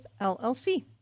LLC